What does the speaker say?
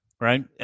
right